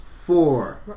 four